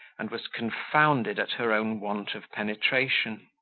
and was confounded at her own want of penetration.